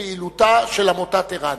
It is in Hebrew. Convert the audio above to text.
פעילותה של עמותת ער"ן.